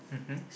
mmhmm